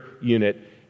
Unit